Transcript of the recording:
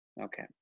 Okay